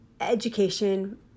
education